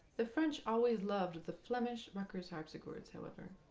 the french always loved the flemish ruckers harpsichords, however,